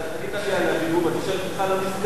אתה ענית לי על הביוב ואני שואל אותך על המסגד.